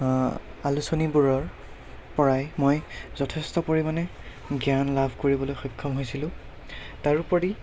আলোচনীবোৰৰপৰাই মই যথেষ্ট পৰিমাণে জ্ঞান লাভ কৰিবলৈ সক্ষম হৈছিলোঁ তাৰোপৰি